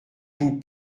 vous